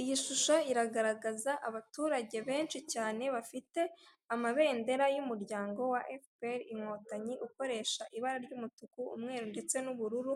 Iyi shusho iragaragaza abaturage benshi cyane bafite amabendera y'umuryango wa efuperi inkotanyi ukoresha ibara ry'umutuku, umweru, ndetse n'ubururu.